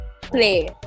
play